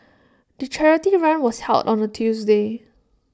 the charity run was held on A Tuesday